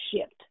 shift